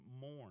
mourn